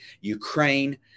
Ukraine